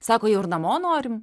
sako jau ir namo norim